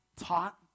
Taught